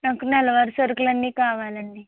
నాకు నెలవారి సరుకులన్నీ కావాలండి